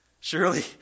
Surely